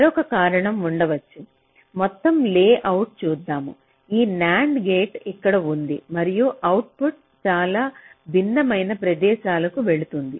మరొక కారణం ఉండవచ్చు మొత్తం లేఅవుట్ చూద్దాం ఈ NAND గేట్ ఇక్కడ ఉంది మరియు అవుట్పుట్ చాలా భిన్నమైన ప్రదేశాలకు వెళుతుంది